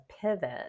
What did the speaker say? pivot